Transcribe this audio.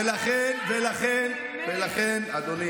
ולכן, אדוני